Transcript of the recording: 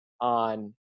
on